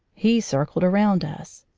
he circled around us.